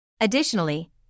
Additionally